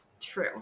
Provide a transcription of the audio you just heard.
True